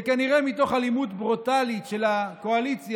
שכנראה מתוך אלימות ברוטלית של הקואליציה,